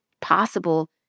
possible